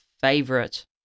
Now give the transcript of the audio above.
favorite